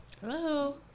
Hello